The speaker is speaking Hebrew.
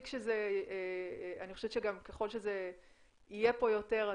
אני חושבת גם שככל שזה יהיה פה יותר,